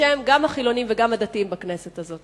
בשם החילונים וגם הדתיים, בכנסת הזאת.